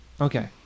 Okay